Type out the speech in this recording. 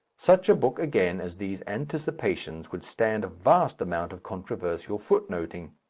such a book, again, as these anticipations would stand a vast amount of controversial footnoting.